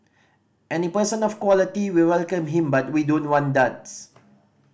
any person of quality we welcome him but we don't want duds